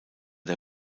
der